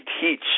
teach